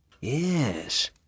yes